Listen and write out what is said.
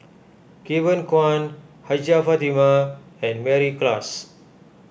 Kevin Kwan Hajjah Fatimah and Mary Klass